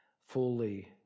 fully